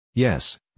Yes